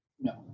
No